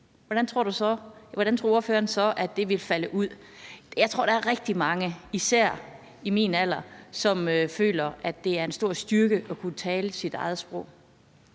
hvordan tror ordføreren så det vil falde ud? Jeg tror, der er rigtig mange, især i min alder, som føler, at det er en stor styrke at kunne tale sit eget sprog.